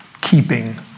keeping